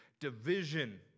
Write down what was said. division